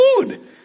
food